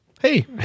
Hey